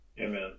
Amen